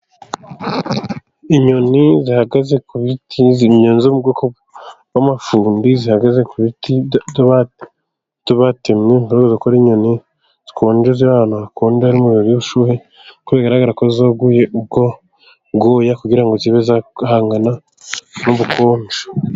Inyoni zihagaze zi bw'amafumbi zihagaze ku biti byo batemye, bigaragara ko inyoni zikonjeza abana hakunda, umuriro w'ubushuhe kuko bigaragara kozuguye ubwoguya kugira ngo zibe zagahangana n'ubukonje.